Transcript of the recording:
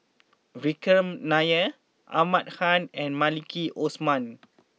Vikram Nair Ahmad Khan and Maliki Osman